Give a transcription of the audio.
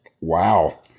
Wow